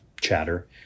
chatter